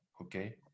okay